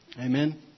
Amen